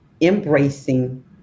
embracing